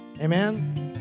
Amen